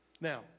Now